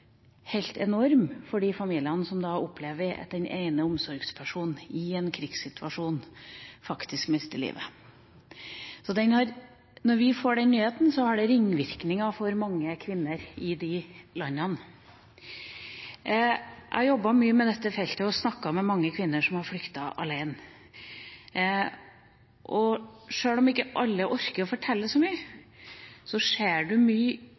helt enorm for de familiene som da opplever at den ene omsorgspersonen i en krigssituasjon faktisk mister livet. Når vi får den nyheten, har det ringvirkninger for mange kvinner i disse landene. Jeg har jobbet mye med dette feltet og snakket med mange kvinner som har flyktet alene. Sjøl om ikke alle orker å fortelle så mye, ser man mye